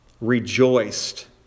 rejoiced